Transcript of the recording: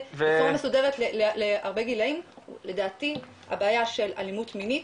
בצורה מסודרת להרבה גילאים לדעתי הבעיה של אלימות מינית